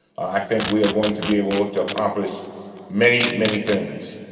i think we are going to be able to accomplish many, many things.